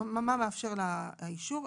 אישור המנכ"ל.